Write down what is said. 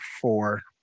four